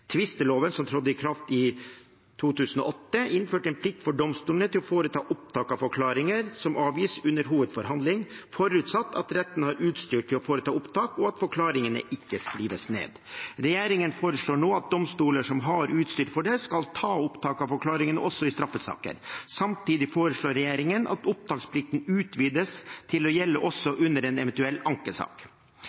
Tvisteloven som trådde i kraft i 2008, innførte en plikt for domstolene til å foreta opptak av forklaringer som avgis under hovedforhandlingen, forutsatt at retten har utstyr til å foreta opptak, og at forklaringene ikke skrives ned. Regjeringen foreslår nå at domstoler som har utstyr for det, skal ta opptak av forklaringene også i straffesaker. Samtidig foreslår regjeringen at opptaksplikten utvides til også å gjelde under en eventuell ankesak.